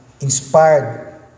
inspired